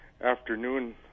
afternoon